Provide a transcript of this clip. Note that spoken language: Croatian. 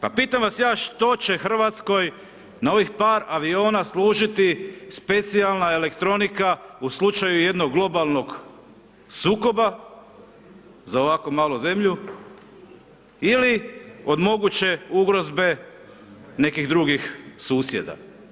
Pa pitam vas ja što će RH na ovih par aviona služiti specijalna elektronika u slučaju jednog globalnog sukoba za ovako malu zemlju ili od moguće ugrozbe nekih drugih susjeda.